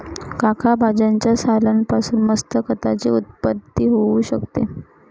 काका भाज्यांच्या सालान पासून मस्त खताची उत्पत्ती होऊ शकते